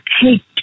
Hey